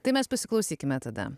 tai mes pasiklausykime tada